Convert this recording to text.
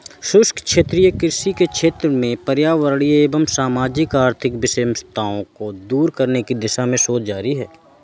शुष्क क्षेत्रीय खेती के क्षेत्र में पर्यावरणीय एवं सामाजिक आर्थिक विषमताओं को दूर करने की दिशा में शोध जारी है